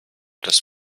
das